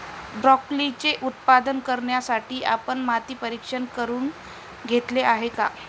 ब्रोकोलीचे उत्पादन करण्यासाठी आपण माती परीक्षण करुन घेतले आहे का?